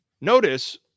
notice